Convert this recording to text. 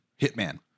hitman